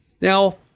Now